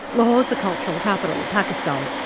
like lahore's the cultural capital of pakistan.